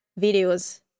videos